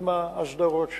עם ההסדרות שלו,